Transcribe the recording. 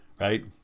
right